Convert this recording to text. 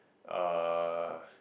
uh